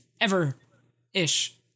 Ever-ish